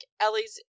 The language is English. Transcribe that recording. Ellie's